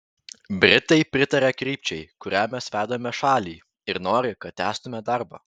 britai pritaria krypčiai kuria mes vedame šalį ir nori kad tęstume darbą